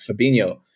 Fabinho